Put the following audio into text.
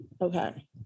Okay